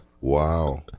Wow